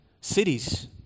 cities